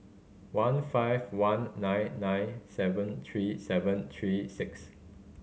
one five one nine nine seven three seven three six